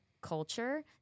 culture